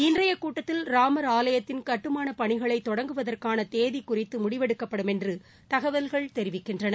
இன்றையக் கூட்டத்தில் ராமர் ஆலயத்தின் கட்டுமான பணிகளை தொடங்குவதற்கான தேதி குறித்து முடிவெடுக்கப்படும் என்று தகவல்கள் தெரவிக்கின்றன